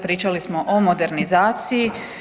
Pričali smo o modernizaciji.